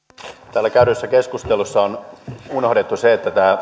täällä käydyssä keskustelussa on unohdettu se että tämä